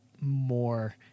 more